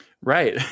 Right